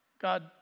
God